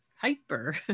hyper